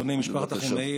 בבקשה.